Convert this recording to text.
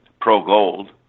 pro-gold